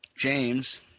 James